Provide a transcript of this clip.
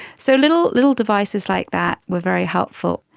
so little little devices like that were very helpful.